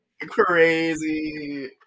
Crazy